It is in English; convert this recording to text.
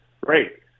great